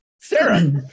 sarah